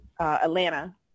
Atlanta